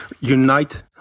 unite